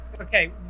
Okay